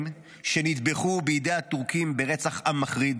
שנטבחו בידי הטורקים ברצח עם מחריד,